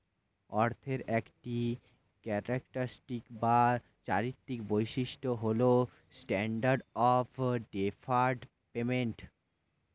অর্থের একটি ক্যারেক্টারিস্টিক বা চারিত্রিক বৈশিষ্ট্য হল স্ট্যান্ডার্ড অফ ডেফার্ড পেমেন্ট